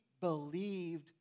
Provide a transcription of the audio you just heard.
believed